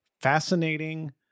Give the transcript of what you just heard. fascinating